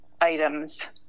items